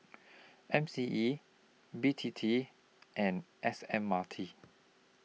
M C E B T T and S M R T